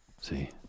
see